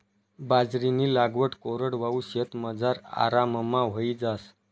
बाजरीनी लागवड कोरडवाहू शेतमझार आराममा व्हयी जास